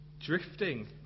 Drifting